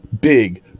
big